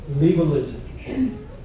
legalism